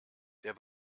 der